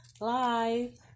live